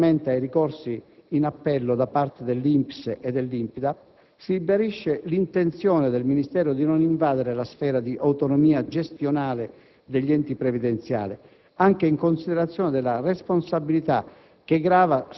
Relativamente ai ricorsi in appello da parte dell'INPS e dell'INPDAP, si ribadisce l'intenzione del Ministero di non invadere la sfera di autonomia gestionale degli enti previdenziali, anche in considerazione della responsabilità